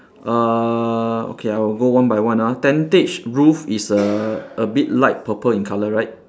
uh okay I will go one by one ah tentage roof is a a bit light purple in color right